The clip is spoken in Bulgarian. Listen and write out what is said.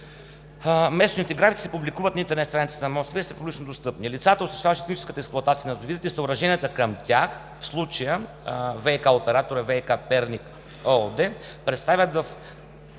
Месечните графици се публикуват на интернет страницата на МОСВ и са публично достъпни. Лицата, осъществяващи техническата експлоатация на язовирите и съоръженията към тях, в случая операторът ВиК – Перник, представят в